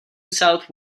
south